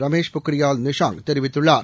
ரமேஷ் பொக்ரியால் நிஷாங் தெரிவித்துள்ளார்